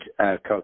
Coach